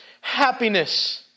happiness